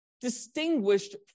distinguished